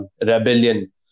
rebellion